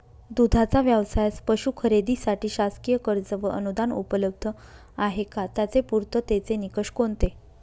दूधाचा व्यवसायास पशू खरेदीसाठी शासकीय कर्ज व अनुदान उपलब्ध आहे का? त्याचे पूर्ततेचे निकष कोणते?